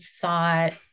thought